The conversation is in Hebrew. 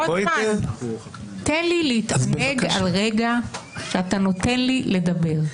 רוטמן, תן לי להתענג על רגע שאתה נותן לי לדבר.